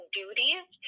duties